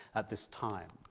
at this time.